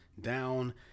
down